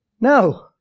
No